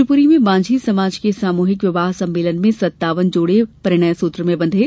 शिवपुरी में मांझी समाज के सामूहिक विवाह सम्मेलन में सत्तावन जोड़े परिणयसूत्र में बंधे